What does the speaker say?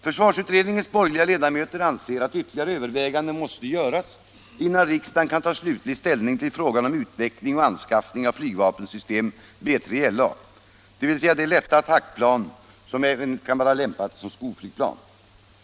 Försvarsutredningens borgerliga ledamöter anser att ytterligare överväganden måste göras innan riksdagen kan ta ställning till frågan om utveckling och anskaffning av flygvapensystemet B3LA, dvs. ett lätt attackplan, som även är lämpat som skolflygplan.